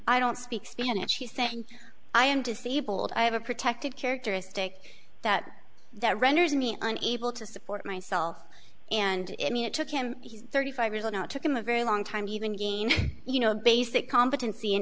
i don't speak spanish he's saying i am disabled i have a protected characteristic that that renders me unable to support myself and i mean it took him he's thirty five years you know it took him a very long time even gaining you know a basic competency in